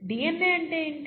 DNA అంటే ఏమిటి